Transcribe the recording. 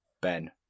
ben